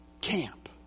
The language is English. camp